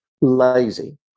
lazy